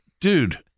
dude